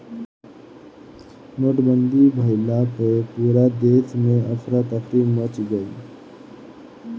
नोटबंदी भइला पअ पूरा देस में अफरा तफरी मच गईल